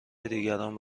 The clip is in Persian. دیگران